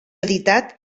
editat